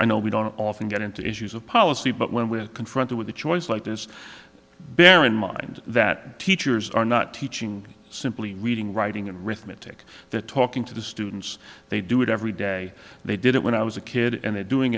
i know we don't often get into issues of policy but when we're confronted with a choice like this bear in mind that teachers are not teaching simply reading writing and arithmetic that talking to the students they do it every day they did it when i was a kid and they're doing